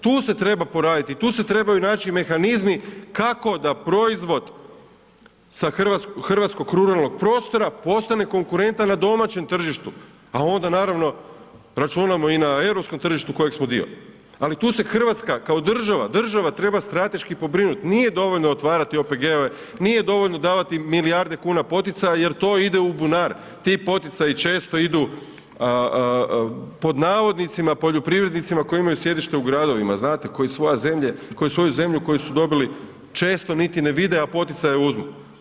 Tu se treba poraditi i tu se trebaju naći mehanizmi kako da proizvod sa hrvatskog ruralnog prostora postane konkurentan na domaćem tržištu a onda naravno računamo i na europskom tržištu kojeg smo dio ali tu se Hrvatska kao država treba strateški pobrinuti, nije dovoljno otvarati OPG-ove, nije dovoljno davati milijarde kuna poticaja jer to ide u bunar, ti poticaji često idu „poljoprivrednicima“ koji imaju sjedište u gradovima, znate, koji svoju zemlju koju su dobili često niti ne vide a poticaje uzmu.